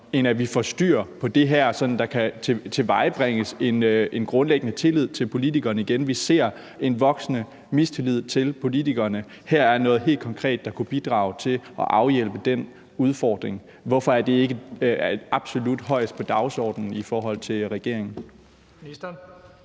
end at vi får styr på det her, så der kan tilvejebringes en grundlæggende tillid til politikerne igen? Vi ser en voksende mistillid til politikerne. Her er der noget helt konkret, der kunne bidrage til at afhjælpe den udfordring. Hvorfor er det ikke absolut højest på regeringens